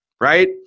right